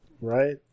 right